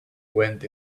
went